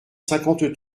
cinquante